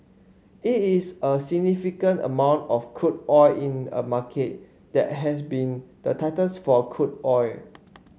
it is a significant amount of crude oil in a market that has been the tightest for crude oil